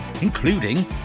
including